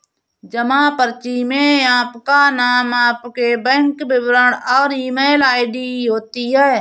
जमा पर्ची में आपका नाम, आपके बैंक विवरण और ईमेल आई.डी होती है